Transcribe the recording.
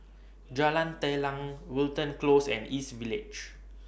Jalan Telang Wilton Close and East Village